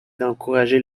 d’encourager